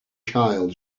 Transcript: child